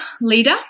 leader